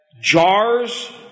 Jars